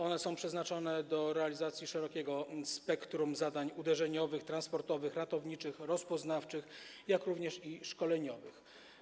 One są przeznaczone do realizacji szerokiego spektrum zadań uderzeniowych, transportowych, ratowniczych, rozpoznawczych, jak również szkoleniowych.